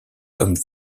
comme